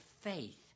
faith